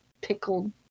pickled